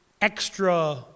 extra